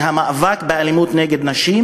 שלמאבק באלימות נגד נשים